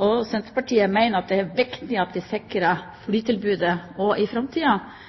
og Senterpartiet mener at det er viktig at vi sikrer flytilbudet også i